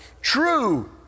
true